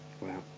Wow